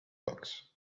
box